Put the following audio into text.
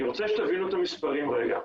אני רוצה שתבינו את המספרים רגע.